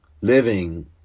living